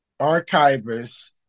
archivists